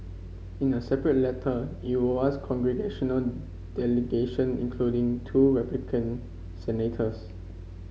in a separate letter congressional delegation including two Republican senators